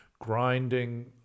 grinding